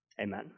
Amen